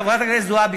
חברת הכנסת זועבי,